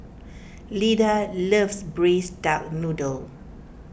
Lyda loves Braised Duck Noodle